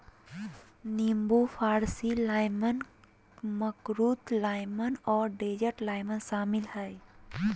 नींबू फारसी lime, makrut lime और डेजर्ट लाइम शामिल हइ